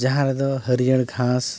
ᱡᱟᱦᱟᱸ ᱨᱮᱫᱚ ᱦᱟᱹᱨᱭᱟᱹᱲ ᱜᱷᱟᱸᱥ